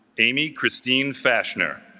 amy christine fashioner